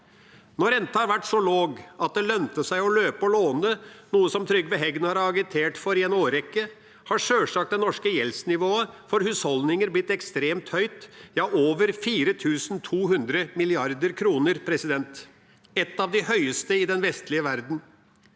Når renta har vært så lav at det har lønt seg å løpe og låne, noe som Trygve Hegnar har agitert for i en årrekke, har sjølsagt det norske gjeldsnivået for husholdninger blitt ekstremt høyt – ja, over 4 200 mrd. kr. Det er et av de høyeste nivåene i den vestlige verden.